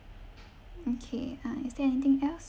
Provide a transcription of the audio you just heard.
okay uh is there anything else